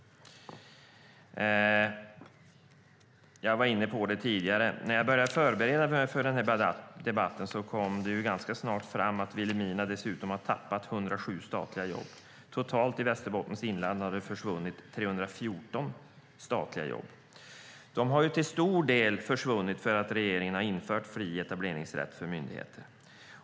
Jag var inne på det tidigare att när jag började förbereda mig för den här debatten kom det ganska snart fram att Vilhelmina dessutom har tappat 107 statliga jobb. Totalt i Västerbottens inland har det försvunnit 314 statliga jobb. De har till stor del försvunnit därför att regeringen har infört fri etableringsrätt för myndigheter.